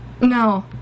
No